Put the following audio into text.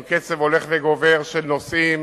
עם קצב הולך וגובר של נוסעים,